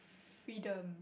freedom